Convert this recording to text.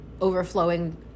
overflowing